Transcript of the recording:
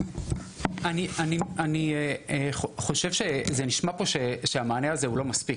זה נשמע פה שהמענה הזה הוא לא מספיק.